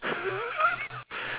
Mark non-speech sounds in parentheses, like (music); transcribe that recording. (laughs)